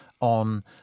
on